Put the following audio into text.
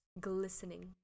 glistening